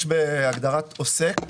יש בהגדרת עוסק.